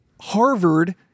Harvard